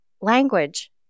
language